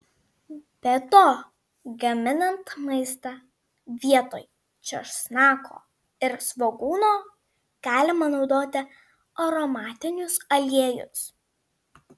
be to gaminant maistą vietoj česnako ir svogūno galima naudoti aromatinius aliejus